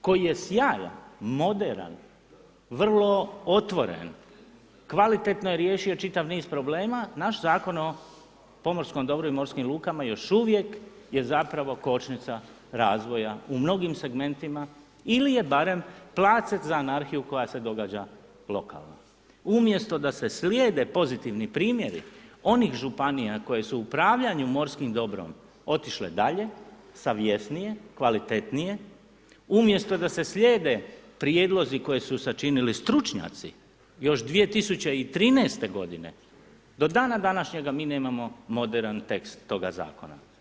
koji je sjajan, moderan, vrlo otvoren, kvalitetno je riješio čitav niz problema, naš Zakon o pomorskom dobru i morskim lukama, još uvijek je zapravo kočnica razvoja u mnogim segmentima, ili je barem … za anarhiju koja se događa lokalno, umjesto da se slijede pozitivni primjeri onih županija na kojim su upravljanju morskim dobrom otišle dalje, savjesnije, kvalitetnije, umjesto da se slijede prijedlozi koji su sačinili stručnjaci još 2013. g. do dana današnjega mi nemamo moderan tekst toga zakona.